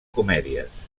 comèdies